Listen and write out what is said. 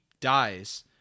dies